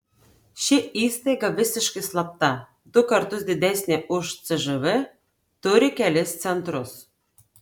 ši įstaiga visiškai slapta du kartus didesnė už cžv turi kelis centrus